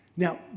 Now